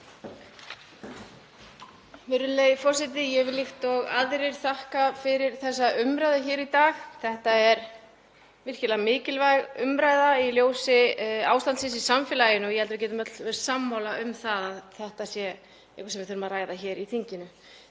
Virðulegi forseti. Ég vil, líkt og aðrir, þakka fyrir þessa umræðu í dag. Þetta er virkilega mikilvæg umræða í ljósi ástandsins í samfélaginu og ég held að við getum öll verið sammála um að þetta sé eitthvað sem við þurfum að ræða hér í þinginu.